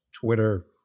Twitter